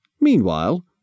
Meanwhile